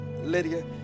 Lydia